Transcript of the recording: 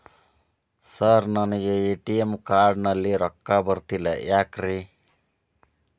Sir ನನಗೆ ATM card ನಲ್ಲಿ ರೊಕ್ಕ ಬರತಿಲ್ಲ ಯಾಕ್ರೇ?